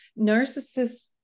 narcissists